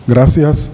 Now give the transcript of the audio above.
Gracias